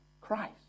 Christ